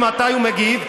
מתי הוא מגיב?